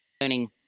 learning